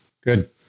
Good